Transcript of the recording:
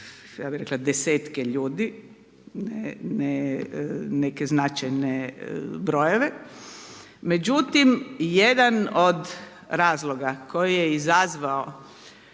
ja bih rekla 10 ljudi ne neke značajne brojeve, međutim jedan od razloga koji je izazvao